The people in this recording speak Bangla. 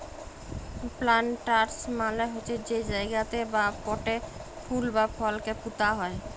প্লান্টার্স মালে হছে যে জায়গাতে বা পটে ফুল বা ফলকে পুঁতা যায়